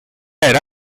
era